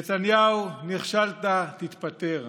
נתניהו, נכשלת, תתפטר.